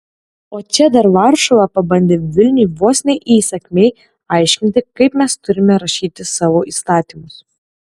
o čia dar varšuva pabandė vilniui vos ne įsakmiai aiškinti kaip mes turime rašyti savo įstatymus